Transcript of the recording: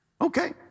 Okay